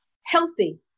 healthy